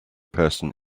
person